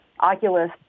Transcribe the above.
Oculus